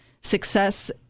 success